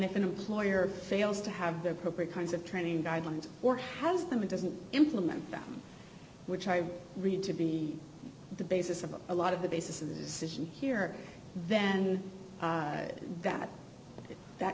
if an employer fails to have the appropriate kinds of training guidelines or has them doesn't implement them which i read to be the basis of a lot of the basis of the decision here then that that